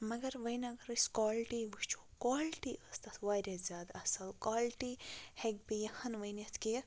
مگر وۄنۍ اگر أسۍ کالٹی وٕچھو کالٹی ٲس تَتھ واریاہ زیادٕ اَصٕل کالٹی ہیٚکہِ بہٕ یِہَن ؤنِتھ کہِ